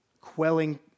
quelling